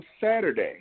Saturday